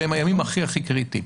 שהם הימים הכי קריטיים.